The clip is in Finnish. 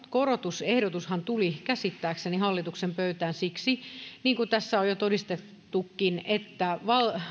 korotusehdotushan tuli käsittääkseni hallituksen pöytään siksi niin kuin tässä on jo todistettukin että